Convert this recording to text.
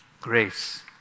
grace